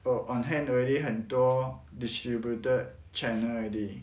on on hand already 很多 distributed channel already